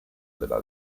della